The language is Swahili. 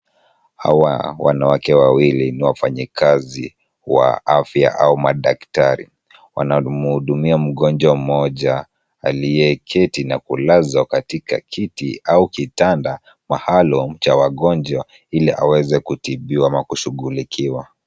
Hawa wanawake wawili ni wafanyikazi wa afya au madaktari. Wanamhudumia mgonjwa mmoja aliyeketi na kulazwa katika kiti au kitanda maalum cha wagonjwa, ili aweze kutibiwa ama kushughulikiwa.